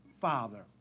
father